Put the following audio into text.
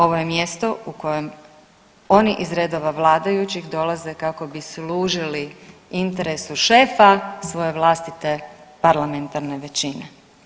Ovo je mjesto u kojem oni iz redova vladajućih dolaze kako bi služili interesu šefa svoje vlastite parlamentarne većine.